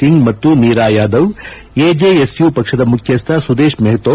ಸಿಂಗ್ ಮತ್ತು ನೀರಾ ಯಾದವ್ ಎಜೆಎಸ್ಯು ಪಕ್ಷದ ಮುಖ್ಯಶ್ಲ ಸುದೇಶ್ ಮಹ್ತೂ